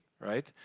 right